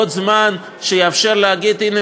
עוד זמן שיאפשר להגיד: הנה,